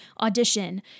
audition